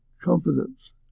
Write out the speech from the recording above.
confidence